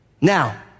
Now